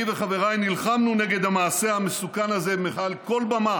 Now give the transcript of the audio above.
אני וחבריי נלחמנו נגד המעשה המסוכן הזה מעל כל במה